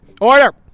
Order